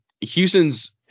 Houston's